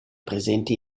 presenti